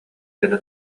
гына